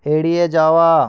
এড়িয়ে যাওয়া